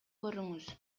көрүңүз